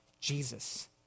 Jesus